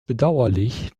bedauerlich